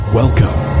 welcome